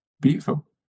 Beautiful